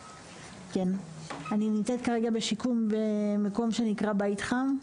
כן, אני נמצאת כרגע בשיקום במקום שנקרא "בית חם",